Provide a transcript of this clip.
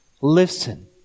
Listen